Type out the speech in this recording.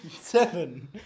Seven